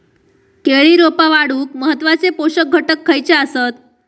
केळी रोपा वाढूक महत्वाचे पोषक घटक खयचे आसत?